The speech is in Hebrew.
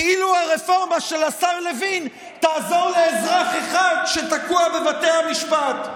כאילו הרפורמה של השר לוין תעזור לאזרח אחד שתקוע בבתי המשפט?